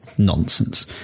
Nonsense